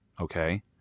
okay